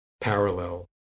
parallel